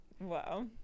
wow